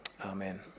Amen